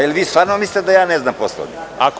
Da li vi stvarno mislite da ja ne znam Poslovnik?